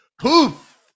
Poof